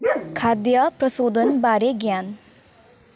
खाद्य प्रशोधनबारे ज्ञान